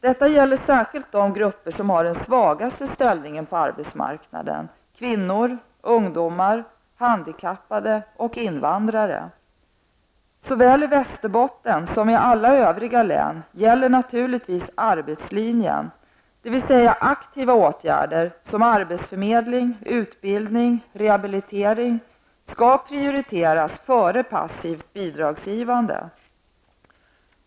Detta gäller särskilt de grupper som har den svagaste ställningen på arbetsmarknaden -- Såväl i Västerbotten som i alla övriga län gäller naturligtvis arbetslinjen, dvs. aktiva åtgärder som arbetsförmedling, utbildning och rehabilitering skall prioriteras före passivt bidragsgivande.